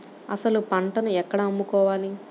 అసలు పంటను ఎక్కడ అమ్ముకోవాలి?